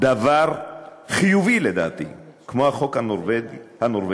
דבר חיובי, לדעתי, כמו החוק הנורבגי,